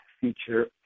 feature